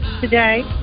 today